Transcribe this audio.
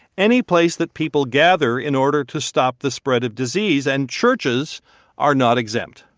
any place that people gather in order to stop the spread of disease, and churches are not exempt.